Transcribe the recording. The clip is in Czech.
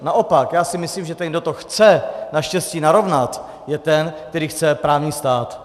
Naopak si myslím, že ten, kdo to chce naštěstí narovnat, je ten, který chce právní stát.